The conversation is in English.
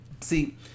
See